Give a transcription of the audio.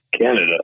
canada